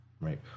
right